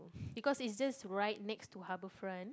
because is just right next to Harbourfront